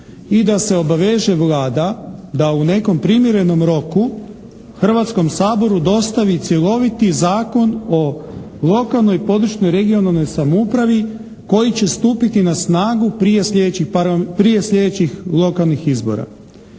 i da se obaveže Vlada da u nekom primjerenom roku Hrvatskom saboru dostavi cjeloviti Zakon o lokalnoj i područnoj regionalnoj samoupravi koji će stupiti na snagu prije sljedećih lokalnih izbora.